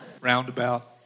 Roundabout